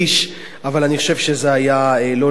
אבל אני חושב שזה היה לא לעניין,